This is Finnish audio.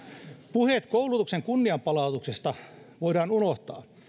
puheet koulutuksen kunnianpalautuksesta voidaan unohtaa